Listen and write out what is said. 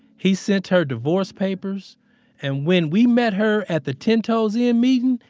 he sent her divorce papers and when we met her at the ten toes in meeting,